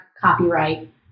copyright